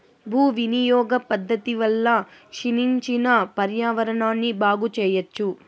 భూ వినియోగ పద్ధతి వల్ల క్షీణించిన పర్యావరణాన్ని బాగు చెయ్యచ్చు